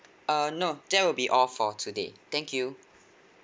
uh no that will be all for today thank you